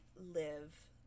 live